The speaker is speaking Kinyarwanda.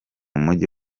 mujyi